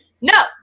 No